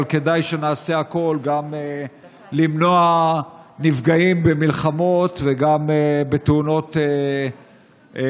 אבל כדאי שנעשה הכול כדי למנוע נפגעים גם במלחמות וגם בתאונות דרכים